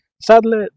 Sadly